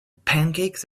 pancakes